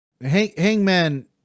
Hangman